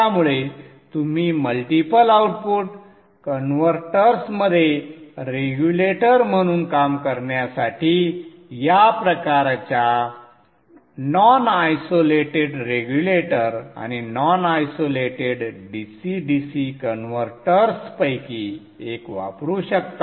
त्यामुळे तुम्ही multiple output कन्व्हर्टर्समध्ये रेग्युलेटर म्हणून काम करण्यासाठी या प्रकारच्या नॉन आयसोलेटेड रेग्युलेटर आणि नॉन आयसोलेटेड DC DC कन्व्हर्टर्सपैकी एक वापरू शकता